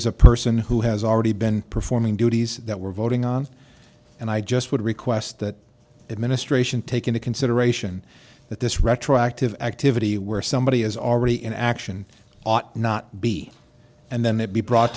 is a person who has already been performing duties that were voting on and i just would request that administration take into consideration that this retroactive activity where somebody is already in action ought not be and then they be brought